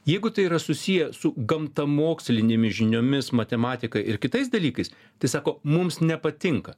jeigu tai yra susiję su gamtamokslinėmis žiniomis matematika ir kitais dalykais tai sako mums nepatinka